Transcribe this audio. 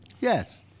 Yes